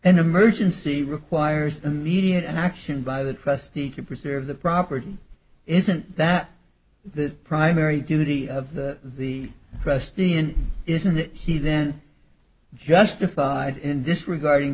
an emergency requires immediate action by the trustee to preserve the property isn't that the primary duty of the trustee and isn't that he then justified in this regarding